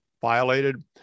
violated